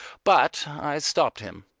but i stopped him.